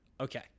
Okay